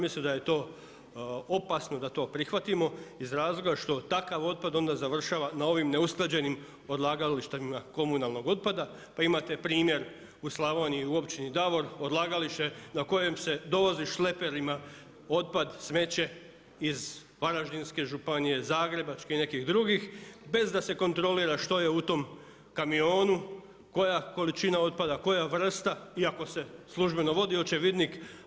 Mislim da je to opasno da to prihvatimo iz razloga što takav otpad onda završava na ovim neusklađenim odlagalištima komunalnog otpada, pa imate primjer u Slavoniji u općini Davor odlagalište na kojem se dovozi šleperima otpad, smeće iz Varaždinske županije, Zagrebačke i nekih drugih bez da se kontrolira što je u tom kamionu, koja količina otpada, koja vrsta iako se službeno vodi očevidnik.